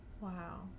Wow